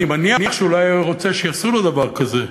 אני מניח שהוא לא היה רוצה שיעשו לו דבר כזה.